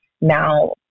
Now